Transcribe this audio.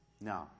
No